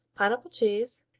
pineapple cheese,